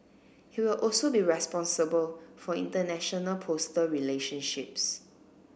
he will also be responsible for international postal relationships